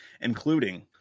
including